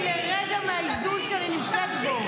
את לא תוציאי אותי לרגע מהאיזון שאני נמצאת בו.